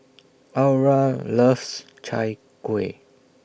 Aura loves Chai Kueh